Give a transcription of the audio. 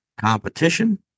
competition